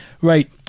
right